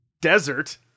Desert